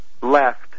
left